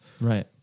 Right